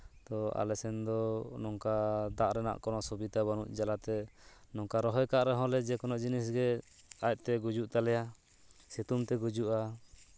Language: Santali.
ᱛᱳ ᱟᱞᱮ ᱥᱮᱱ ᱫᱚ ᱱᱚᱝᱠᱟ ᱫᱟᱜ ᱨᱮᱱᱟᱜ ᱠᱳᱱᱳ ᱥᱩᱵᱤᱫᱷᱟ ᱵᱟᱹᱱᱩᱜ ᱡᱟᱞᱟᱛᱮ ᱱᱚᱝᱠᱟ ᱨᱚᱦᱚᱭ ᱠᱟᱜ ᱨᱮᱦᱚᱸ ᱞᱮ ᱡᱮᱠᱳᱱᱳ ᱡᱤᱱᱤᱥ ᱜᱮ ᱟᱡᱛᱮ ᱜᱩᱡᱩᱜ ᱛᱟᱞᱮᱭᱟ ᱥᱤᱛᱩᱝ ᱛᱮ ᱜᱩᱡᱩᱜᱼᱟ